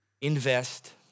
invest